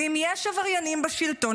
ואם יש עבריינים בשלטון,